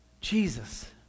Jesus